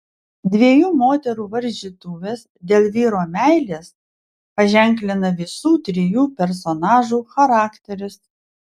dviejų moterų varžytuvės dėl vyro meilės paženklina visų trijų personažų charakterius